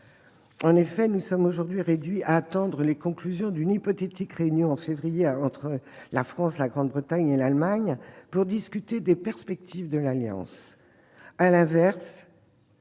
Nous en sommes aujourd'hui réduits à attendre les conclusions d'une hypothétique réunion en février entre la France, la Grande-Bretagne et l'Allemagne pour discuter des perspectives de l'Alliance.